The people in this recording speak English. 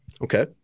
Okay